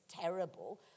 terrible